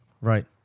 right